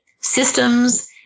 systems